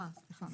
סליחה.